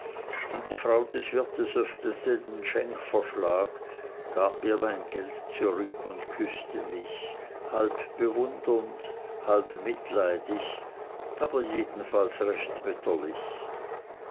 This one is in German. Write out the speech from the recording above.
und die frau des wirtes öffnete den schenkverschlag gab mir mein geld zurück und küßte mich halb bewundernd halb mitleidig aber jedenfalls recht mütterlich